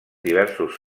diversos